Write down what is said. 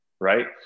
Right